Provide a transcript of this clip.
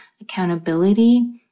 accountability